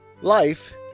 Life